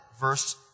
verse